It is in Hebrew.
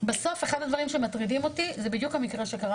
בסוף אחד הדברים שמטרידים אותי זה בדיוק המקרה שקרה